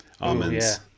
Almonds